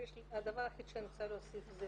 הדבר היחיד שאני רוצה להוסיף זה